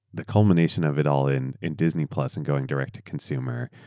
the culmination of it all in in disney plus and going direct to consumer,